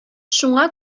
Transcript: шуңа